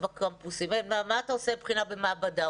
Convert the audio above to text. בקמפוסים כי איך אתה עושה בחינה במעבדה?